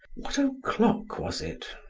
what o'clock was it?